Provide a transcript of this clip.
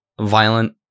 violent